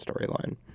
storyline